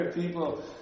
People